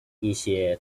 一些